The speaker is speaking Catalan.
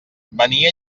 venia